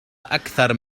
أكثر